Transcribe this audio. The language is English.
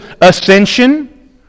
ascension